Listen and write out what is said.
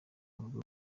avuga